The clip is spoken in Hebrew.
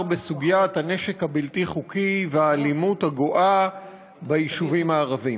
בסוגיית הנשק הבלתי-חוקי והאלימות הגואה ביישובים הערביים.